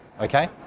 Okay